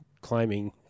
climbing